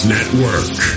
Network